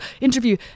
interview